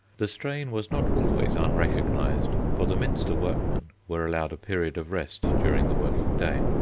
the strain was not always unrecognised, for the minster workmen were allowed a period of rest during the working day.